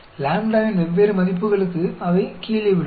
λ வின் வெவ்வேறு மதிப்புகளுக்கு அவை கீழே விழும்